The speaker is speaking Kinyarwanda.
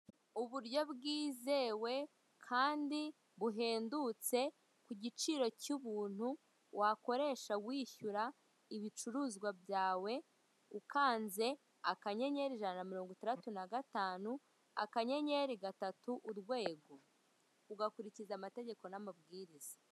Uburyo bwizewe kandi buhendutse ku giciro cy'ubuntu, wakoresha wishyura ibicuruzwa byawe, ukanze akanyenyeri ijana na mirongo itandatu na gatanu, akanyenyeri gatatu, urwego, ugakurikiza amategeko n'amabwiriza.